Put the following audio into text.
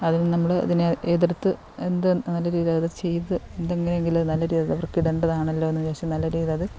അതിൽ നമ്മൾ ഇതിനെ എതിർത്ത് എന്ത് നല്ല രീതിയിലത് ചെയ്ത് എങ്ങനെയെങ്കിലും അത് നല്ല രീതിയിലവർക്ക് ഇടെണ്ടതാണെല്ലോ എന്നു വിചാരിച്ചു നല്ല രീതിയിലത്